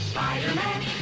Spider-Man